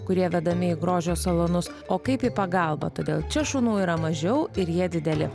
kurie vedami į grožio salonus o kaip į pagalbą todėl čia šunų yra mažiau ir jie dideli